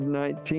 19